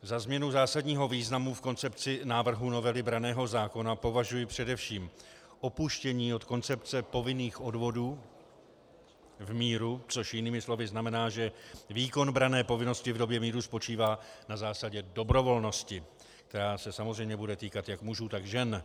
Za změnu zásadního významu v koncepci návrhu novely branného zákona považuji především opuštění od koncepce povinných odvodů v míru, což jinými slovy znamená, že výkon branné povinnosti v době míru spočívá na zásadě dobrovolnosti, která se samozřejmě bude týkat jak mužů, tak žen.